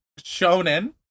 shonen